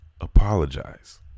Apologize